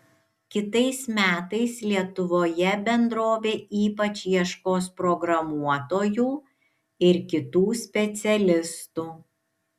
kitais metais lietuvoje bendrovė ypač ieškos programuotojų ir kitų specialistų